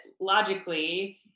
logically